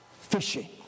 fishing